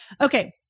Okay